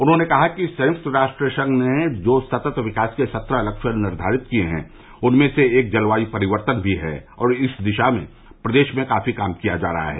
उन्होंने कहा कि संयुक्त राष्ट्र संघ ने जो सतत विकास के सत्रह लक्ष्य निर्घारित किये हैं उनमें से एक जलवायू परिवर्तन भी है और इस दिशा में प्रदेश में काफी काम किया जा रहा है